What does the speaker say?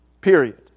period